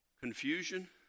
confusion